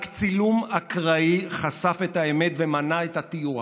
רק צילום אקראי חשף את האמת ומנע את הטיוח.